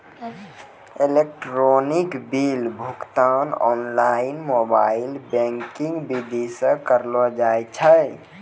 electronic bill भुगतान online mobile banking विधि से करलो जाय छै